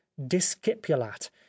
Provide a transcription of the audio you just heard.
discipulat